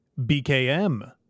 BKM